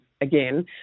again